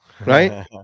right